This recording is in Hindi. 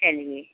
चलिए